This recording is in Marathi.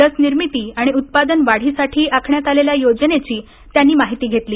लस निर्मिती आणि उत्पादन वाढीसाठी आखण्यात आलेल्या योजनेची त्यांनी माहिती घेतली